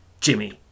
Jimmy